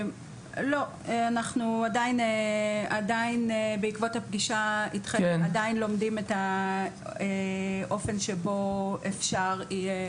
אנחנו בעקבות הפגישה אתכם עדיין לומדים את האופן שבו אפשר יהיה